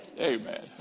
Amen